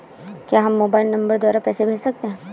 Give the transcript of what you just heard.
क्या हम mobile number द्वारा पैसे भेज सकते हैं?